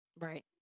Right